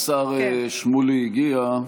השר שמולי הגיע,